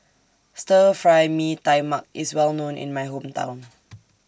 Stir Fry Mee Tai Mak IS Well known in My Hometown